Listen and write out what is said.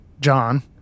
John